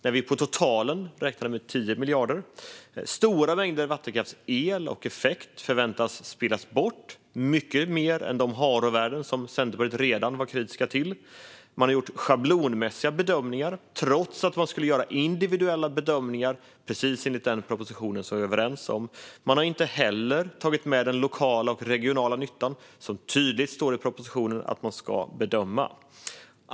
Totalt sett hade vi ju räknat med 10 miljarder. Stora mängder el och effekt från vattenkraften förväntas gå till spillo, och det i mycket större mängd än de HARO-värden som Centerpartiet redan var kritiska till. Man har gjort schablonmässiga bedömningar, trots att man skulle göra individuella bedömningar enligt den proposition som vi var överens om. Man har heller inte tagit med den lokala och regionala nyttan, trots att det tydligt anges i propositionen att man ska bedöma den.